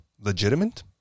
legitimate